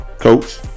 coach